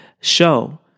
show